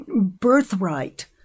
birthright